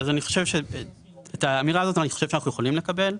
אני חושב שאת האמירה הזאת אנחנו יכולים לקבל.